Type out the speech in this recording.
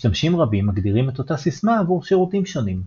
משתמשים רבים מגדירים את אותה סיסמה עבור שירותים שונים.